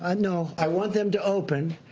ah no. i want them to open,